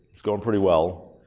it's going pretty well.